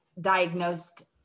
diagnosed